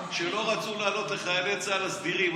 הוא אפילו לא הניד עפעף שלא רצו להעלות לחיילי צה"ל הסדירים.